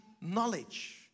knowledge